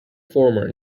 former